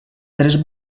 tres